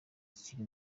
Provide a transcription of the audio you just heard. kiri